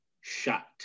shot